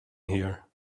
here